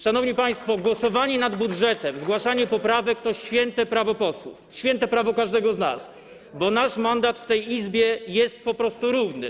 Szanowni państwo, głosowanie nad budżetem, zgłaszanie poprawek to święte prawo posłów, święte prawo każdego z nas, bo nasz mandat w tej Izbie jest po prostu równy.